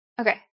Okay